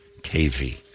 KV